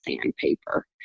sandpaper